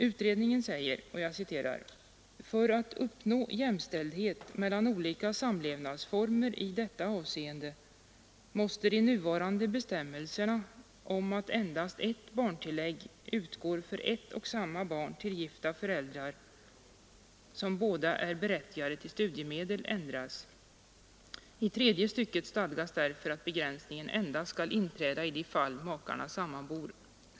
Utredningen säger: ”För att uppnå jämställdhet mellan olika samlevnadsformer i detta avseende måste de nuvarande bestämmelserna om att endast ett barntillägg utgår för ett och samma barn till gifta föräldrar, som båda är berättigade till studiemedel, ändras. I tredje stycket stadgas därför att begränsningen endast skall inträda i de fall makarna sammanbor.